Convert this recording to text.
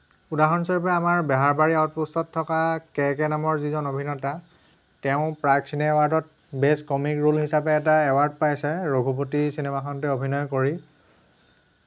উদাহৰণস্বৰূপে আমাৰ বেহাৰবাৰী আউটপষ্টত থকা কেকে নামৰ যিজন অভিনেতা তেওঁ প্ৰাগচিনে এৱাৰ্ডত বেষ্ট কমিক ৰ'ল হিচাপে এটা এৱাৰ্ড পাইছে ৰঘুপতি চিনেমাখনতে অভিনয় কৰি